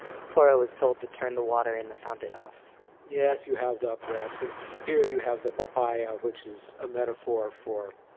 porro was told to turn the water in the fountain off yes, you have the breasts and here you have the papaya, which is a metaphor for